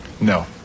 No